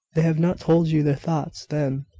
they have not told you their thoughts, then.